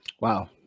Wow